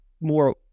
more